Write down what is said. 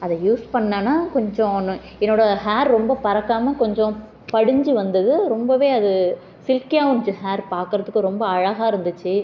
அதை யூஸ் பண்ணோடன கொஞ்சம் என்ன என்னோடய ஹேர் ரொம்ப பறக்காமல் கொஞ்சம் படிஞ்சு வந்தது ரொம்பவே அது ஸில்கியாகவும் இருந்துச்சு ஹேர் பார்க்கறதுக்கு ரொம்ப அழகாக இருந்துச்சு